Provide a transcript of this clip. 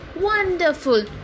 wonderful